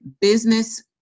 business